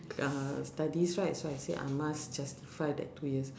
uh studies right so I said I must justify that two years